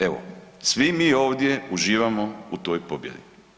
Evo, svi mi ovdje uživamo u toj pobjedi.